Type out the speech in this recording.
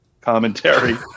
commentary